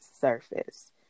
surface